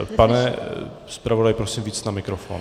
Pane zpravodaji, prosím víc na mikrofon.